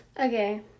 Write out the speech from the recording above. okay